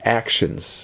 actions